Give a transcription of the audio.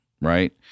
right